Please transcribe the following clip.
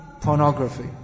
pornography